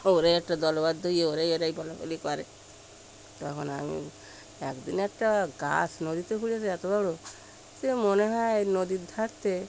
ওরাই একটা দলবদ্ধ হয়ে ওরাই এরাই বলাবলি করে তখন আমি একদিন একটা গাছ নদীতে ঘুরে যে এত বড় সে মনে হয় নদীর ধারে